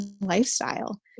lifestyle